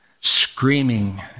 screaming